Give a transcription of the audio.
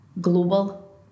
global